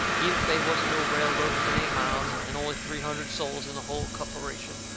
even if they wasn't no railroad within eight miles, and only three hundred soles in the hull copperation.